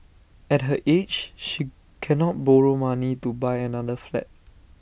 at her age she cannot borrow money to buy another flat